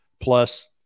plus